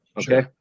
okay